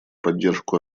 поддержку